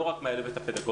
זה לא רק מההיבט הפדגוגי,